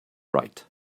right